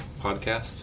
podcast